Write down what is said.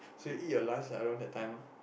so you each your lunch like around that time ah